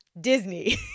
Disney